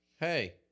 Hey